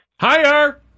Higher